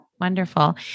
Wonderful